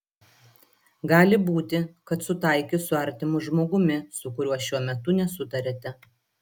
gali būti kad sutaikys su artimu žmogumi su kuriuo šiuo metu nesutariate